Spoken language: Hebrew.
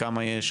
כמה יש,